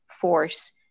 force